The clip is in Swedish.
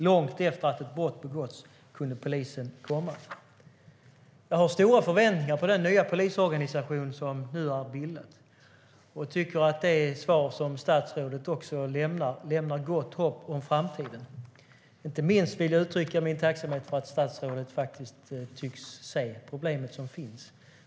Långt efter att ett brott begåtts kunde polisen komma. Jag har stora förväntningar på den nya polisorganisation som nu har bildats, och jag tycker att statsrådets svar lämnar gott hopp om framtiden. Inte minst vill jag uttrycka min tacksamhet för att statsrådet faktiskt tycks se det problem som finns.